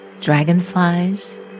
Dragonflies